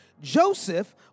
Joseph